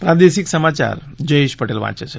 પ્રાદેશિક સમાચાર જયેશ પટેલ વાંચ છે